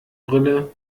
brille